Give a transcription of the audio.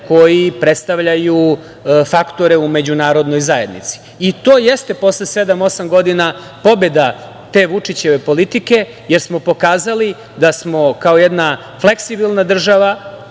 koji predstavljaju faktore u međunarodnoj zajednici i to jeste posle sedam, osam godina pobeda te Vučićeve politike, jer smo pokazali da smo kao jedna fleksibilna država